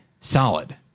solid